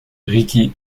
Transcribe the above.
ricky